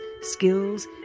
skills